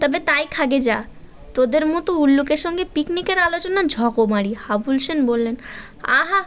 তবে তাই খা গিয়ে যা তোদের মতো উল্লুকের সঙ্গে পিকনিকের আলোচনা ঝকমারি হাবুল সেন বললেন আহা